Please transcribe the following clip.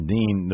Dean